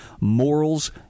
morals